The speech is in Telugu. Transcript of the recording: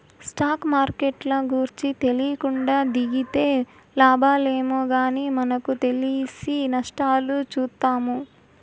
స్టాక్ మార్కెట్ల గూర్చి తెలీకుండా దిగితే లాబాలేమో గానీ మనకు తెలిసి నష్టాలు చూత్తాము